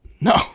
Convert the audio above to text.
No